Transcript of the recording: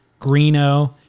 Greeno